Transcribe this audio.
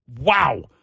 Wow